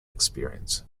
experience